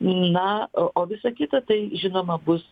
na o o visa kita tai žinoma bus